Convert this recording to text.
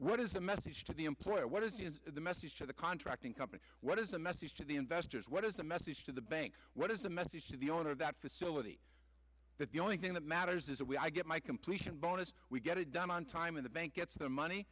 what is the message to the employer what is the message to the contracting company what is the message to the investors what is the message to the banks what is the message to the owner of that facility that the only thing that matters is that we i get my completion bonus we get it done on time in the bank gets the money